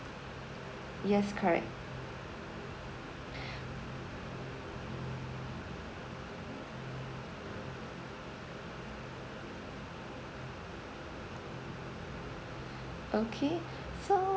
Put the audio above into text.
yes correct okay so